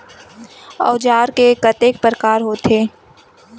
औजार के कतेक प्रकार होथे?